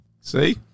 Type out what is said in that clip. See